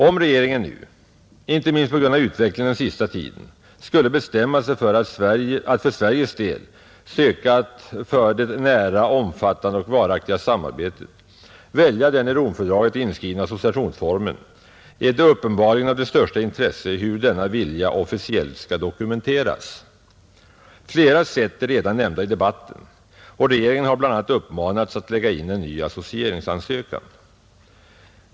Om regeringen nu, inte minst på grund av utvecklingen den sista tiden, skulle bestämma sig för att för Sveriges del söka att för det ”nära omfattande och varaktiga” samarbetet välja den i Romfördraget inskrivna associationsformen är det uppenbarligen av det största intresse hur denna vilja officiellt skall dokumenteras. Flera sätt är redan nämnda i debatten, och regeringen har bl.a. uppmanats att lägga in en ny associeringsansökan.